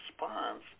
response